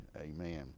Amen